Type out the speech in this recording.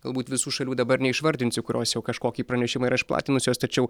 galbūt visų šalių dabar neišvardinsiu kurios jau kažkokį pranešimą yra išplatinusios tačiau